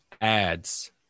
adds